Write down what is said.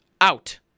out